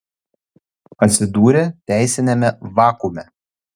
atsidūrė teisiniame vakuume